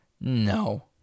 No